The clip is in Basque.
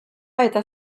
eta